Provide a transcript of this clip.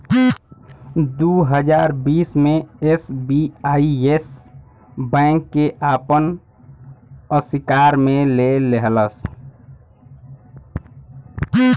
दू हज़ार बीस मे एस.बी.आई येस बैंक के आपन अशिकार मे ले लेहलस